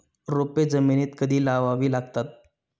रोपे जमिनीत कधी लावावी लागतात?